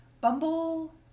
Bumble